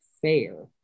fair